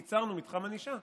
ייצרנו מתחם ענישה,